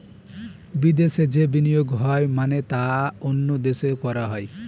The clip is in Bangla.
বিদেশে যে বিনিয়োগ হয় মানে তা অন্য দেশে করা হয়